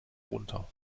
runter